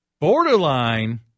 borderline